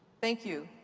thank you.